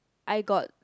I got